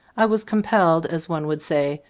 i was compelled, as one would say,